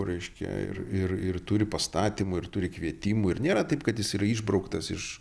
reiškia ir ir ir turi pastatymų ir turi kvietimų ir nėra taip kad jis yra išbrauktas iš